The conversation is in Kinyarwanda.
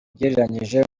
ugereranyije